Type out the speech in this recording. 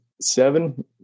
seven